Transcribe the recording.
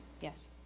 Yes